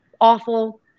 awful